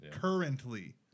currently